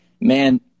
man